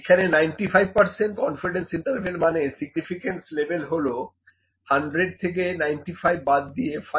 এখানে 95 confidence interval মানে significance লেবেল হল 100 থেকে 95 বাদ দিয়ে 5